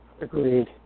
Agreed